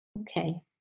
Okay